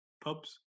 pubs